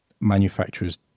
manufacturers